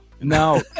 No